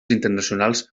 internacionals